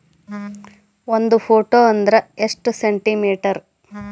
ಒಂದು ಫೂಟ್ ಅಂದ್ರ ಎಷ್ಟು ಸೆಂಟಿ ಮೇಟರ್?